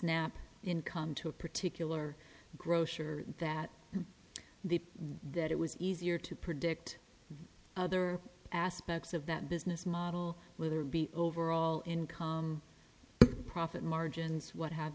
nap income to a particular grocer that the that it was easier to predict other aspects of that business model whether it be overall income profit margins what have